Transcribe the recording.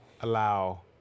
allow